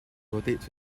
rotates